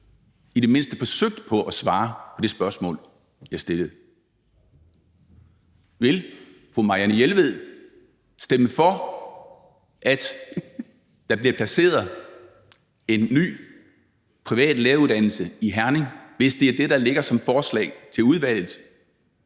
i det mindste forsøgte at svare på det spørgsmål, jeg stillede. Vil fru Marianne Jelved stemme for, at der bliver placeret en ny, privat læreruddannelse i Herning, hvis det er det, der ligger som forslag til udvalget?